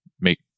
make